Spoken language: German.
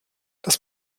das